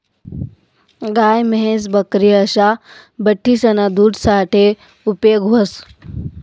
गाय, म्हैस, बकरी असा बठ्ठीसना दूध साठे उपेग व्हस